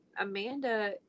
Amanda